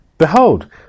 behold